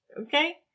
okay